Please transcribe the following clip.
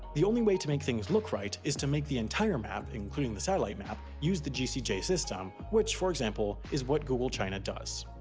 the only way to make things look right is to make the entire map, including the satellite map, use the gcj system, which, for example, is what google china does.